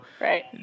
Right